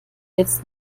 jetzt